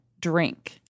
drink